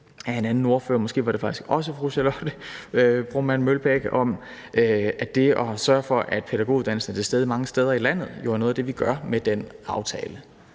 af en af ordførerne, måske var det faktisk også fru Charlotte Broman Mølbæk, om, at det at sørge for, at pædagoguddannelsen er til stede mange steder i landet, jo er noget af det, vi gør med den aftale.